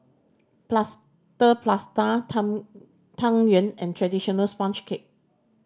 Plaster Prata tang Tang Yuen and traditional sponge cake